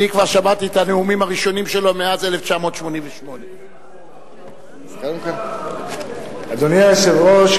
אני כבר שמעתי את הנאומים הראשונים שלו מאז 1988. אדוני היושב-ראש,